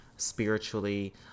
Spiritually